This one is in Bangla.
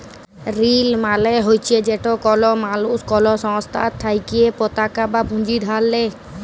ঋল মালে হছে যেট কল মালুস কল সংস্থার থ্যাইকে পতাকা বা পুঁজি ধার লেই